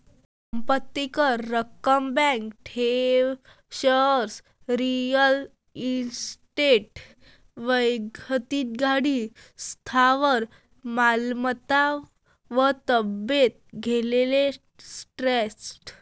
संपत्ती कर, रक्कम, बँक ठेव, शेअर्स, रिअल इस्टेट, वैक्तिक गाडी, स्थावर मालमत्ता व ताब्यात घेतलेले ट्रस्ट